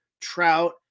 Trout